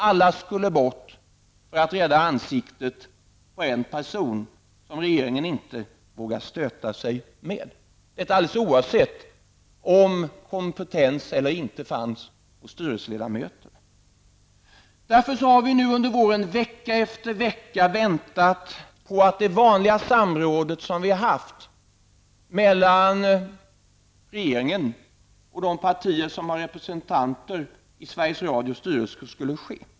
Alla skulle bort för att rädda ansiktet på en person som regeringen inte vågade stöta sig med, alldeles oavsett om kompetens eller inte fanns hos styrelseledamöterna. Därför har vi nu under våren, vecka efter vecka, väntat på att det vanliga samrådet som vi haft mellan regeringen och de partier som har representanter i Sveriges Radios styrelse skulle ske.